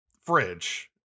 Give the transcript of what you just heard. fridge